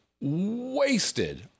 wasted